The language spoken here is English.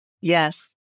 Yes